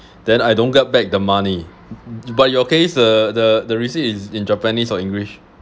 then I don't get back the money but your case uh the the receipt is in japanese or english